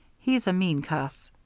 he's a mean cuss